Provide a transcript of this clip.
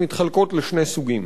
מתחלקות לשני סוגים.